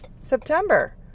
September